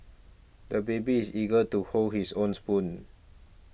the baby is eager to hold his own spoon